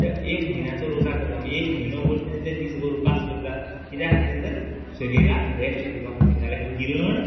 ते एक म्हयन्याचो रोजा करता म्ह एक म्हयनो भर ते ते दिसभर उपास करतात किद्या खातीर तर शरिराक रॅस्ट दिवपा खाती नाल्या ही गिरण